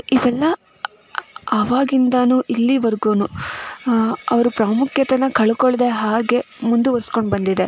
ಇವೆಲ್ಲ ಆವಾಗಿಂದಲೂ ಇಲ್ಲಿವರೆಗೂ ಅವರ ಪ್ರಾಮುಖ್ಯತೇನ ಕಳ್ಕೊಳ್ದೆ ಹಾಗೇ ಮುಂದುವರೆಸ್ಕೊಂಡು ಬಂದಿದೆ